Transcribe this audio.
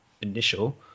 initial